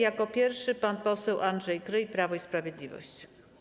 Jako pierwszy pan poseł Andrzej Kryj, Prawo i Sprawiedliwość.